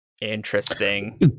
Interesting